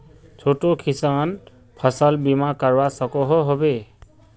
छोटो किसान फसल बीमा करवा सकोहो होबे?